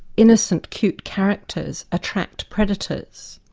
innocent, cute characters attract predators,